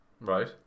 Right